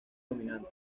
dominante